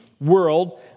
world